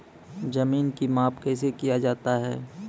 जमीन की माप कैसे किया जाता हैं?